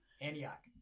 Antioch